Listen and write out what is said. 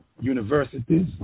universities